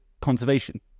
conservation